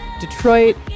Detroit